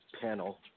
panel